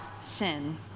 sin